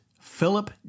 Philip